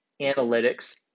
Analytics